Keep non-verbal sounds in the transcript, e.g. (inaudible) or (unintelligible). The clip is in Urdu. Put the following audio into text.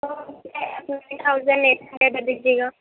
(unintelligible) دیجیے گا